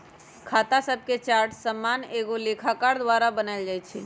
खता शभके चार्ट सामान्य एगो लेखाकार द्वारा बनायल जाइ छइ